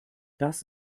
das